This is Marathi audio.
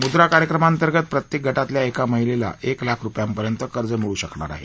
मुद्रा कार्यक्रमांतर्गत प्रत्येक गटातल्या एका महिलेला एक लाख रुपयांपर्यंत कर्ज मिळू शकणार आहे